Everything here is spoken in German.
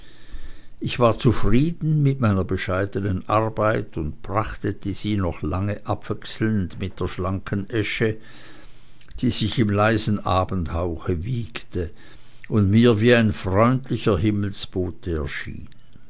ich war zufrieden mit meiner bescheidenen arbeit und betrachtete sie noch lange abwechselnd mit der schlanken esche die sich im leisen abendhauche wiegte und mir wie ein freundlicher himmelstote erschien